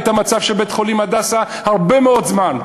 את המצב של בית-החולים "הדסה" הרבה מאוד זמן,